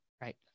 right